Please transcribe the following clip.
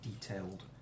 detailed